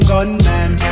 Gunman